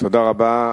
תודה רבה.